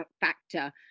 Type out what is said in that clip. factor